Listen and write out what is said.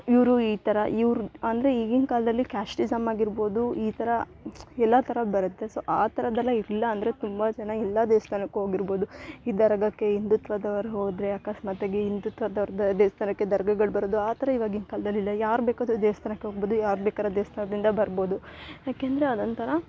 ಇವರು ಈ ಥರ ಇವ್ರು ಅಂದರೆ ಈಗಿನ ಕಾಲದಲ್ಲಿ ಕ್ಯಾಸ್ಟಿಸಮ್ ಆಗಿರ್ಬೋದು ಈ ಥರ ಎಲ್ಲ ಥರ ಬರುತ್ತೆ ಸೊ ಆ ಥರದ್ದೆಲ್ಲ ಇಲ್ಲ ಅಂದರೆ ತುಂಬ ಜನ ಎಲ್ಲಾ ದೇವಸ್ಥಾನಕ್ ಹೋಗಿರ್ಬೋದು ಈ ದರ್ಗಕ್ಕೆ ಹಿಂದುತ್ವದೊರು ಹೋದರೆ ಅಕಸ್ಮಾತಾಗಿ ಹಿಂದುತ್ವದೋರ್ದು ದೇವಸ್ಥಾನಕ್ಕೆ ದರ್ಗಗಳು ಬರೋದು ಆ ಥರ ಇವಾಗಿನ್ ಕಾಲ್ದಲ್ಲಿ ಇಲ್ಲ ಯಾರು ಬೇಕಾದರೆ ದೇವಸ್ಥಾನಕ್ ಹೊಗ್ಬೋದು ಯಾರು ಬೇಕಾರ ದೇವಸ್ಥಾನದಿಂದ ಬರ್ಬೋದು ಯಾಕೆಂದರೆ ಅದೊಂಥರ